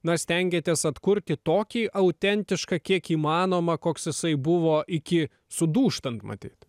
na stengiatės atkurti tokį autentišką kiek įmanoma koks jisai buvo iki sudūžtant matyt